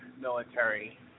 military